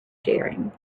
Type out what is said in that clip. sharing